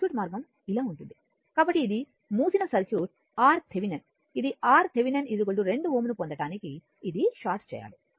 circuit మార్గం ఇలా ఉంటుంది కాబట్టి ఇది మూసిన సర్క్యూట్RThevenin ఇది RThevenin 2 Ω ను పొందటానికి ఇది షార్ట్ చేయాలి